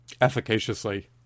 efficaciously